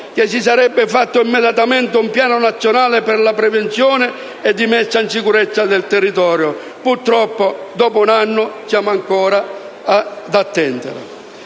che si sarebbe fatto immediatamente un piano nazionale di prevenzione e di messa in sicurezza del territorio. Purtroppo, dopo un anno, siamo ancora in attesa.